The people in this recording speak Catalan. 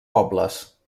pobles